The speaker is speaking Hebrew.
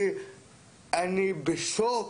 אני בשוק,